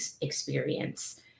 experience